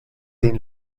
din